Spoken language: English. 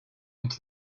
into